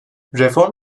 reform